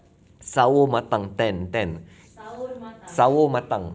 sawo matang tanned tanned sawo matang